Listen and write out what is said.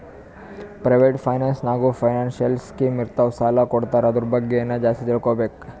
private finance ನಾಗ್ನೂ financial scheme ಇರ್ತಾವ್ ಸಾಲ ಕೊಡ್ತಾರ ಅದುರ್ ಬಗ್ಗೆ ಇನ್ನಾ ಜಾಸ್ತಿ ತಿಳ್ಕೋಬೇಕು